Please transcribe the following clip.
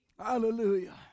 Hallelujah